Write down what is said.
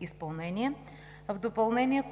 изпълнение. В допълнение